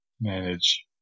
manage